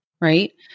Right